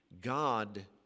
God